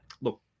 look